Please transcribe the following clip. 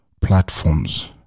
platforms